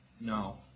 no